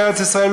בארץ-ישראל,